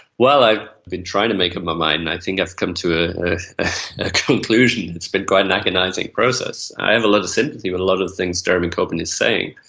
well, i've been trying to make up my mind and i think i've come to a conclusion. it's been quite an agonising process. i have a lot of sympathy for a lot of the things jeremy corbyn is saying.